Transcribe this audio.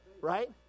Right